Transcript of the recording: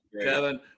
Kevin